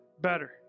better